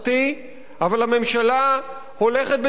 אבל הממשלה הולכת בכיוון אחר,